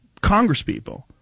congresspeople